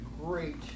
great